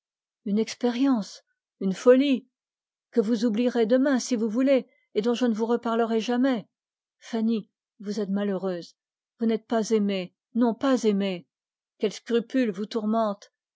une expérience une folie que vous oublierez demain si vous voulez et dont je ne vous reparlerai jamais fanny vous êtes malheureuse vous n'êtes pas aimée quel scrupule vous tourmente